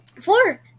Four